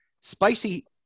Spicy